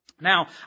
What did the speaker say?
Now